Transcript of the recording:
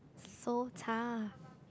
so tough